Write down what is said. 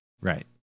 Right